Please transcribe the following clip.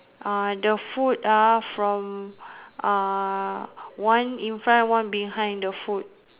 uh the food ah from uh one in front one behind the food